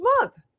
month